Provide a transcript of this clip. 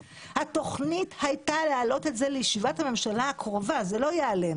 התכנית הייתה להעלות את זה לישיבת הממשלה הקרובה אבל זה לא יעלה.